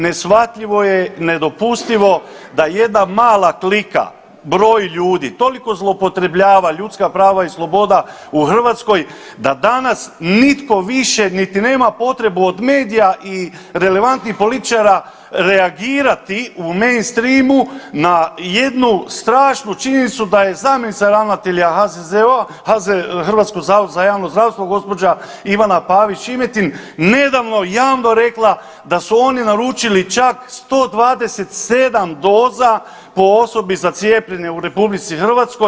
Neshvatljivo je, nedopustivo da jedna mala klika, broj ljudi toliko zloupotrebljava ljudska prava i slobode u Hrvatskoj da danas nitko više niti nema potrebu od medija i relevantnih političara reagirati u mainstreamu na jednu strašnu činjenicu da je zamjenica ravnatelja HZZO-a, Hrvatskog zavoda za javno zdravstvo gospođa Ivana Pavić Šimetin nedavno javno rekla da su oni naručili čak 127 doza po osobi za cijepljenje u Republici Hrvatskoj.